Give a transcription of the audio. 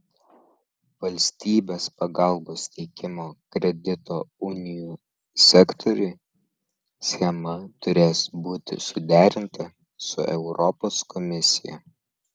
valstybės pagalbos teikimo kredito unijų sektoriui schema turės būti suderinta su europos komisija